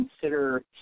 consider